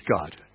God